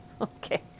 Okay